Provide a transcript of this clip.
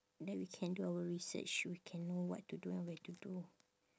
then we can do our research we can know what to do and where to do